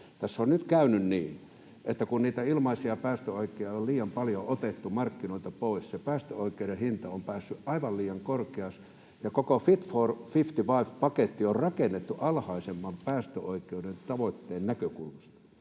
Tässä on nyt käynyt niin, että kun niitä ilmaisia päästöoikeuksia on liian paljon otettu markkinoilta pois, se päästöoikeuden hinta on päässyt aivan liian korkeaksi. Koko Fit for 55 ‑paketti on rakennettu alhaisemman päästöoikeuden tavoitteen näkökulmasta.